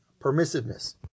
permissiveness